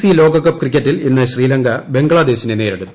I C C ലോകകപ്പ് ക്രിക്കറ്റിൽ ഇന്ന് ശ്രീലങ്ക ബംഗ്ലാദേശിനെ നേരിടും